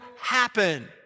happen